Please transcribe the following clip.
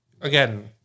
again